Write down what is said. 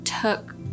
took